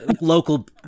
local